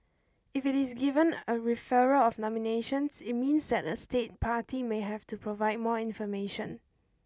if it is given a referral of nominations it means that a state party may have to provide more information